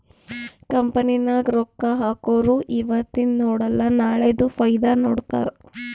company ನಾಗ್ ರೊಕ್ಕಾ ಹಾಕೊರು ಇವತಿಂದ್ ನೋಡಲ ನಾಳೆದು ಫೈದಾ ನೋಡ್ತಾರ್